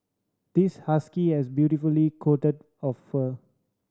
this husky has beautifully coat of fur